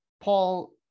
Paul